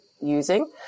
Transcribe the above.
using